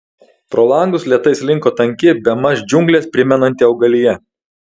pro langus lėtai slinko tanki bemaž džiungles primenanti augalija